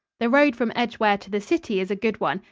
the road from edgeware to the city is a good one,